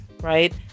right